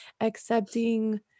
accepting